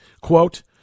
Quote